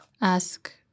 ask